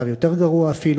המצב אפילו יותר גרוע.